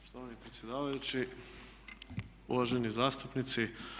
Poštovanje predsjedavajući, uvaženi zastupnici.